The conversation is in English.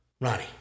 Ronnie